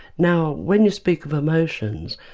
now when you speak of emotions,